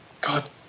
God